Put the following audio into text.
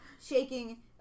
shaking